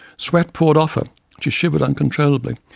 sweat poured off and she shivered uncontrollably.